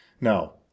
Now